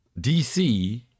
DC